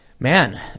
Man